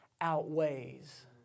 outweighs